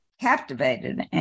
captivated